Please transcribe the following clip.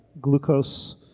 glucose